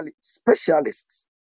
specialists